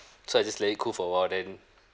so I just let it cool for awhile then